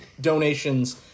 donations